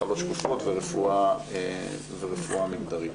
מחלות שקופות ורפואה מגדרית.